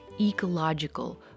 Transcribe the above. ecological